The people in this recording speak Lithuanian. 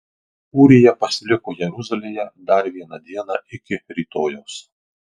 ūrija pasiliko jeruzalėje dar vieną dieną iki rytojaus